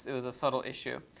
it was a subtle issue.